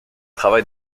travail